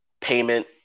payment